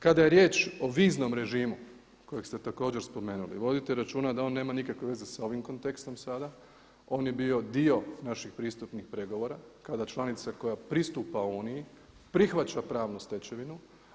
Kada je riječ o viznom režimu kojeg ste također spomenuli, vodite računa da on nema nikakve veze sa ovim kontekstom sada, on je bio dio naših pristupnih pregovora kada članica koja pristupa Uniji prihvaća pravnu stečevinu.